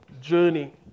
journey